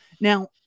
Now